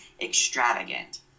extravagant